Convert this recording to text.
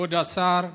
כבוד השר,